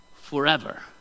forever